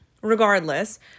Regardless